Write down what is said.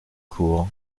court